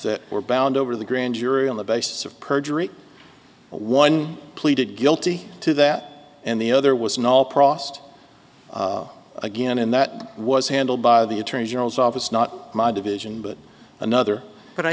that were bound over the grand jury on the basis of perjury one pleaded guilty to that and the other was not all processed again and that was handled by the attorney general's office not my division but another but i